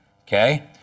okay